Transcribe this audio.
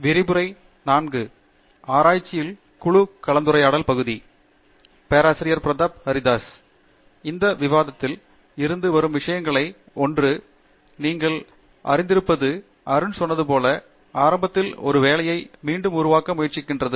விரிவுரை 04 ஆராய்ச்சியில் குழு கலந்துரையாடல் பகுதி பேராசிரியர் பிரதாப் ஹரிதாஸ் இந்த விவாதத்தில் இருந்து வரும் விஷயங்களில் ஒன்று நீங்கள் அறிந்திருப்பது அருண் சொன்னது போல ஆரம்பத்தில் ஒரு வேலையை மீண்டும் உருவாக்க முயற்சிக்கிறது